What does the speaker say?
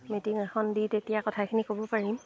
meeting এখন দি তেতিয়া কথাখিনি ক'ব পাৰিম